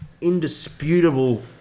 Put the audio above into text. indisputable